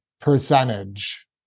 percentage